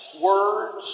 words